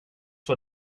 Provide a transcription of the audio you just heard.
vad